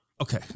Okay